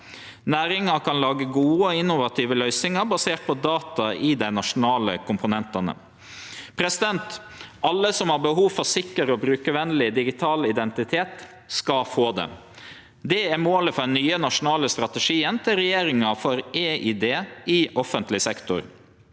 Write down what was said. Næringa kan lage gode og innovative løysingar basert på data i dei nasjonale komponentane. Alle som har behov for sikker og brukarvenleg digital identitet, skal få det. Det er målet i den nye nasjonale strategien til regjeringa for e-ID i offentleg sektor.